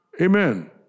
Amen